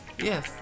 Yes